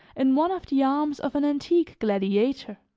in one of the arms of an antique gladiator